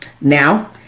Now